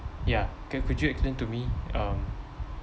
ya could could you explain to me um